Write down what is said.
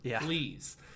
Please